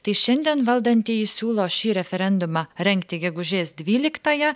tai šiandien valdantieji siūlo šį referendumą rengti gegužės dvyliktąją